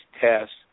tests